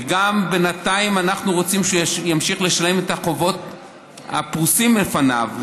וגם בינתיים אנחנו רוצים שהוא ימשיך לשלם את החובות הפרוסים לפניו.